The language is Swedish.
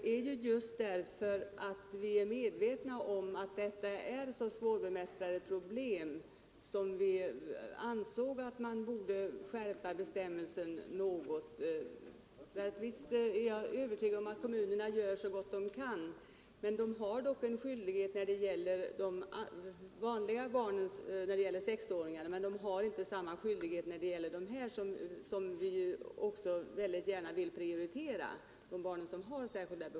Det är just därför att vi är medvetna om att detta är så svårbemästrade problem som vi anser att man bör skärpa bestämmelserna något. Visst är jag övertygad om att kommunerna gör så gott de kan, men de har en skyldighet när det gäller sexåringar men inte samma skyldighet när det gäller barn med särskilda behov, och de barnen vill vi väldigt gärna prioritera.